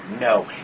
no